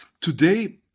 Today